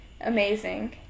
Amazing